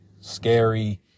Scary